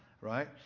right